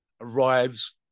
arrives